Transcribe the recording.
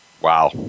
wow